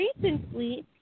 recently